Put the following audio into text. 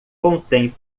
contém